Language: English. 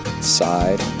side